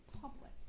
public